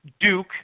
Duke